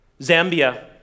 Zambia